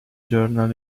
journal